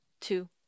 two